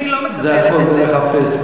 זה הכול דרך הפייסבוק.